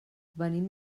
venim